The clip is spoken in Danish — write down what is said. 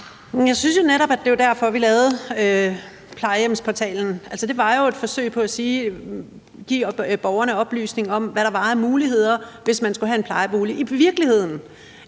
jeg synes jo netop, at det var derfor, vi lavede plejehjemsportalen; altså, det var jo et forsøg på at give borgerne oplysning om, hvad der var af muligheder, hvis man skulle have en plejebolig. I virkeligheden